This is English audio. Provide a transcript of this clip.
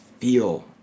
feel